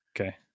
Okay